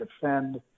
defend